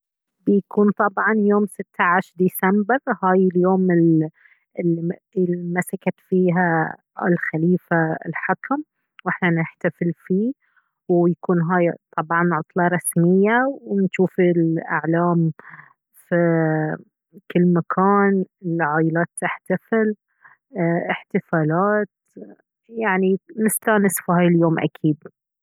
بيكون طبعا يوم ستة عشر ديسمبر هاي اليوم ال المسكت فيها آل خليفة الحكم واحنا نحتفل فيه ويكون هاي طبعا عطلة رسمية ونشوف الاعلام في كل مكان العايلات تحتفل احتفالات يعني نستانس في هاي اليوم اكيد